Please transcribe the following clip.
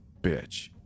bitch